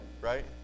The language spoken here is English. right